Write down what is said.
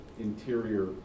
interior